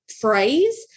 phrase